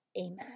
Amen